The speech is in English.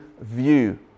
view